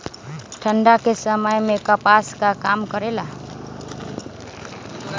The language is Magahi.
ठंडा के समय मे कपास का काम करेला?